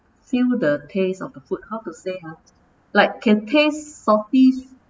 feel the taste of the food how to say ha like can taste salty